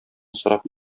сорап